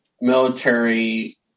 military